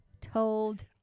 told